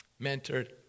mentored